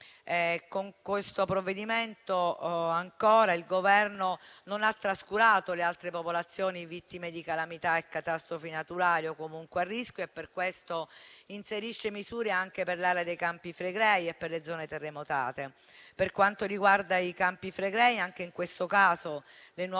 Con questo provvedimento il Governo non ha trascurato le altre popolazioni vittime di calamità e catastrofi naturali o comunque a rischio. Per questo inserisce misure anche per l'area dei Campi Flegrei e per le zone terremotate. Per quanto riguarda i Campi Flegrei, anche in questo caso le nuove